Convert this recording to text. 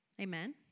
Amen